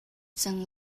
cang